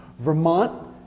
Vermont